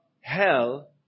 hell